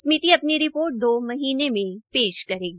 समिति अपनी रिपोट्र दो महीनों में पेश करेगी